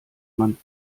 man